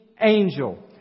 angel